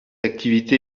activité